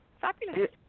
Fabulous